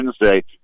Wednesday